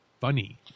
funny